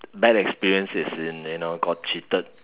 bad experiences is in you know got cheated